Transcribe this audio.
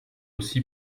aussi